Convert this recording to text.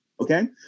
Okay